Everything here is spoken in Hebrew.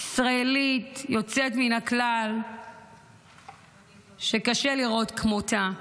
ישראלית יוצאת מן הכלל שקשה לראות כמותה.